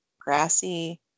grassy